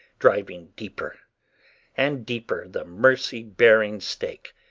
driving deeper and deeper the mercy-bearing stake,